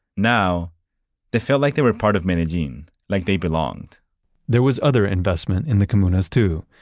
now they felt like they were part of medellin, like they belonged there was other investment in the comunas too.